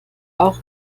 auch